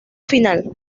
final